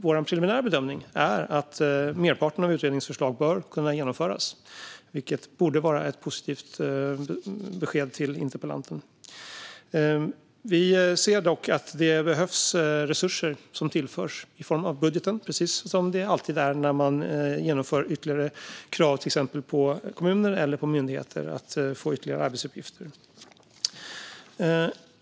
Vår preliminära bedömning är att merparten av utredningens förslag bör kunna genomföras, vilket borde vara ett positivt besked till interpellanten. Vi ser dock att det behöver tillföras resurser i budgeten, precis som det alltid är när man ställer krav på till exempel kommuner eller myndigheter att utföra ytterligare arbetsuppgifter.